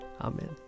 Amen